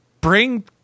bring –